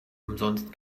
umsonst